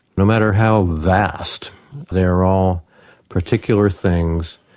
no matter how vast they're all particular things,